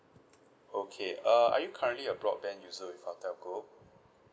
okay uh are you currently a broadband user with our telco